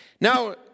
Now